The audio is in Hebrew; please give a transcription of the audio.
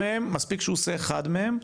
ומספיק שהוא עושה אחד מהם,